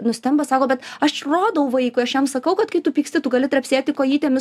nustemba sako bet aš rodau vaikui aš jam sakau kad kai tu pyksti tu gali trepsėti kojytėmis